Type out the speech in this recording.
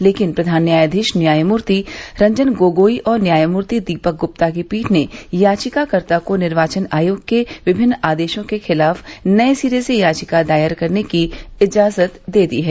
लेकिन प्रधान न्यायाधीश न्यायमूर्ति रंजन गोगोइ और न्यायमूर्ति दीपक गुप्ता की पीठ ने याचिकाकर्ता को निर्वाचन आयोग के विभिन्न आदेशों के खिलाफ नये सिरे से याचिका दायर करने की इजाजत दे दी है